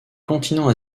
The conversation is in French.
continent